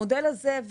המודל הזה,